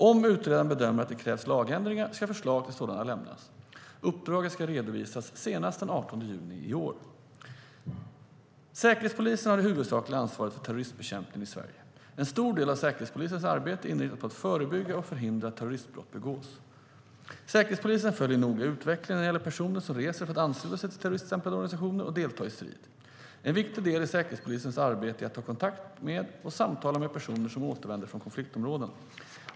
Om utredaren bedömer att det krävs lagändringar ska förslag till sådana lämnas. Uppdraget ska redovisas senast den 18 juni i år. Säkerhetspolisen har det huvudsakliga ansvaret för terrorismbekämpningen i Sverige. En stor del av Säkerhetspolisens arbete är inriktat på att förebygga och förhindra att terroristbrott begås. Säkerhetspolisen följer noga utvecklingen när det gäller personer som reser för att ansluta sig till terroriststämplade organisationer och delta i strid. En viktig del i Säkerhetspolisens arbete är att ta kontakt och samtala med personer som återvänder från konfliktområden.